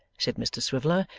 said mr swiveller,